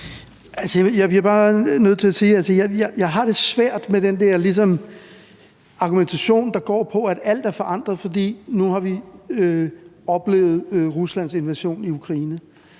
jeg har det svært med den argumentation, der går på, at alt er forandret, fordi vi nu har oplevet Ruslands invasion i Ukraine.